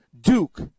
Duke